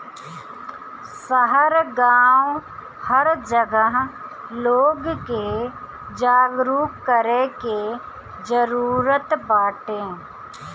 शहर गांव हर जगह लोग के जागरूक करे के जरुरत बाटे